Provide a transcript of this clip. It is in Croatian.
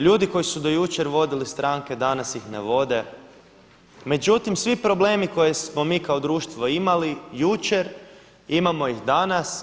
Ljudi koji su do jučer vodili stranke danas ih ne vode, međutim svi problemi koje smo mi kao društvo imali jučer imamo ih danas.